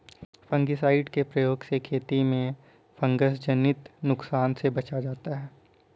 fungicide के प्रयोग से खेती में फँगसजनित नुकसान से बचा जाता है